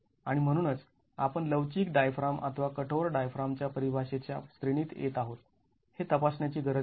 आणि म्हणूनच आपण लवचिक डायफ्राम अथवा कठोर डायफ्रामच्या परिभाषेच्या श्रेणीत येत आहोत हे तपासण्याची गरज आहे